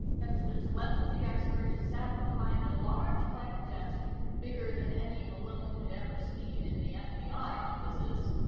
and the telepathy expert sat behind a large black desk bigger than any malone had ever seen in the fbi offices.